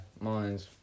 mine's